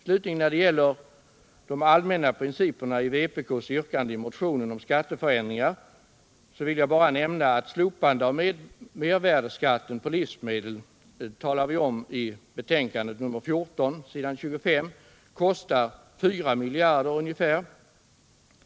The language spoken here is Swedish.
Beträffande de allmänna principerna i vpk:s yrkande i motionen om skatteförändringar vill jag bara nämna att ett slopande av mervärdeskatten på livsmedel — det talar vi om i betänkande nr 14 s. 25 — kostar ungefär 4 miljarder kronor.